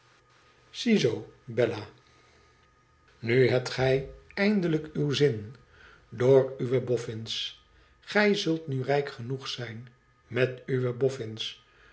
ziezoo bella nu hebt gij eindelijk uw zin door uwe boffins gij zult nu rijk genoeg zijn met uwe